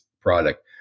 product